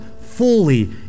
fully